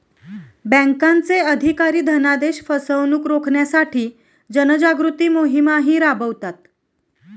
बँकांचे अधिकारी धनादेश फसवणुक रोखण्यासाठी जनजागृती मोहिमाही राबवतात